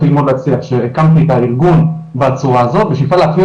ללמוד להצליח שהקמתי את הארגון בצורה הזאת בשאיפה להטמיע